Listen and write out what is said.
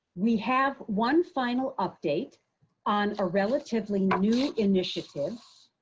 we have one final update on a relatively new initiative,